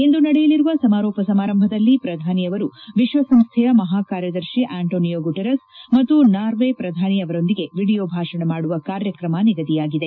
ಇಂದು ನಡೆಯಲಿರುವ ಸಮಾರೋಪ ಸಮಾರಂಭದಲ್ಲಿ ಪ್ರಧಾನಿ ಅವರು ವಿಶ್ವಸಂಸ್ತೆಯ ಮಹಾ ಕಾರ್ಯದರ್ಶಿ ಆಂಟಾನಿಯೊ ಗುಟೆರೆಸ್ ಮತ್ತು ನಾರ್ವೆ ಪ್ರಧಾನಿ ಅವರೊಂದಿಗೆ ವಿಡಿಯೋ ಭಾಷಣ ಮಾಡುವ ಕಾರ್ಯಕ್ರಮ ನಿಗದಿಯಾಗಿದೆ